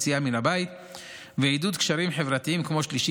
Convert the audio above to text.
יציאה מן הבית ועידוד קשרים חברתיים כמו "שלישי